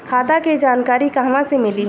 खाता के जानकारी कहवा से मिली?